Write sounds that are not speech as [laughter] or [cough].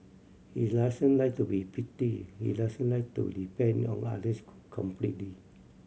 he doesn't like to be pitied he doesn't like to depend on others [unintelligible] completely